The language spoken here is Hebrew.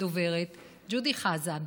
הדוברת ג'ודי חזן,